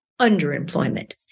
underemployment